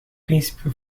príncipe